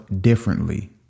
differently